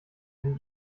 sind